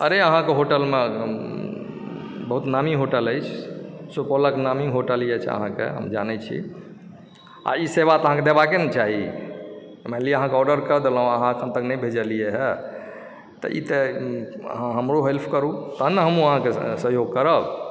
अरे अहाँके होटलमे बहुत नामी होटल अछि सुपौलक नामी होटल ई अछि अहाँके हम जानै छी आओर ई सेवा तऽ अहाँके देबाके ने चाही मानि लिअ अहाँके ऑर्डर कऽ देलहुँ अहाँ एखन तक नहि भेजलिए तऽ ई तऽ हमरो हेल्फ करु तहन ने हमहुँ अहाँकेँ सहयोग करब